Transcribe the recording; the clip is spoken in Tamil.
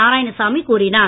நாராயணசாமி கூறினார்